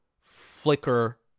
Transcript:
flicker